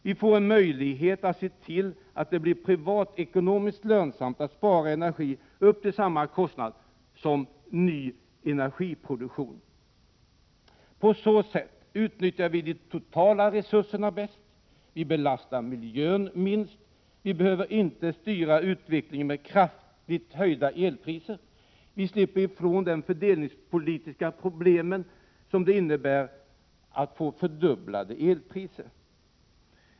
Vi får en möjlighet att se till att det blir privatekonomiskt lönsamt att spara energi upp till samma kostnad som ny energiproduktion. På så sätt utnyttjar vi de totala resurserna bäst. Vi 20 belastar miljön minst. Vi behöver inte styra utvecklingen med kraftigt höjda elpriser. Vi slipper ifrån de fördelningspolitiska problemen som fördubblade = Prot. 1987/88:42 elpriser innebär.